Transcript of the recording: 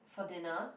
for dinner